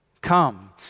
come